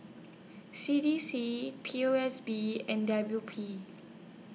C D C P O S B and W P